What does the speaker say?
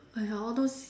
ya all those